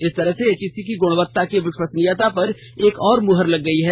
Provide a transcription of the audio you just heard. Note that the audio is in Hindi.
इस तरह से एचईसी की गुणवत्ता की विश्वसनीयता पर एक और मुहर लगा है